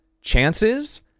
Chances